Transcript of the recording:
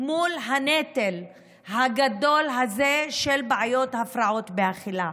מול הנטל הגדול הזה של בעיות והפרעות באכילה.